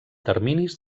terminis